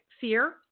fear